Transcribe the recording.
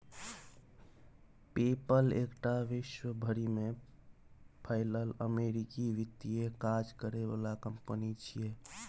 पे पल एकटा विश्व भरि में फैलल अमेरिकी वित्तीय काज करे बला कंपनी छिये